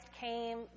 came